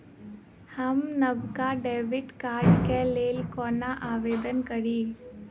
हम नवका डेबिट कार्डक लेल कोना आवेदन करी?